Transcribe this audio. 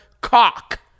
cock